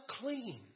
clean